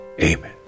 Amen